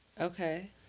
Okay